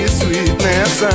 sweetness